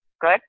Good